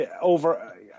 over